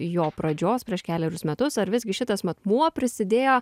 jo pradžios prieš kelerius metus ar visgi šitas matmuo prisidėjo